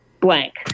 blank